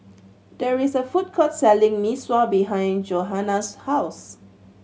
there is a food court selling Mee Sua behind Johana's house